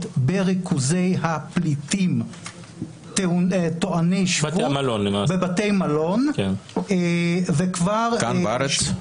בריכוזי הפליטים טועני שבות בבתי מלון --- גם בארץ?